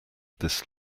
this